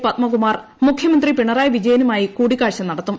പദ്മകുമാർ മുഖ്യമന്ത്രി പിണറായി വിജയനുമായി കൂടിക്കാഴ്ച നടത്തും